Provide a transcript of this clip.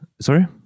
sorry